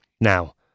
Now